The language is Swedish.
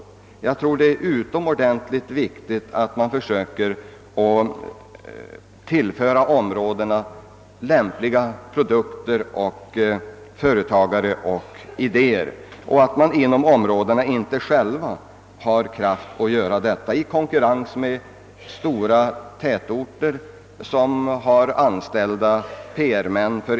Jag tror att det är utomordentligt viktigt att man försöker tillföra områdena lämpliga produkter eller hjälpa dem med idéer och etablering av företag. Kommunerna har inte stora möjligheter att själva klara den uppgiften i konkurrens med de stora tätortskommunerna, som t.o.m. har anställda PR-män.